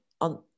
on